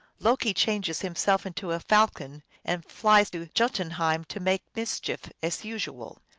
loki changes himself into a falcon and flies to jotunheim to make mischief, as usual.